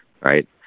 right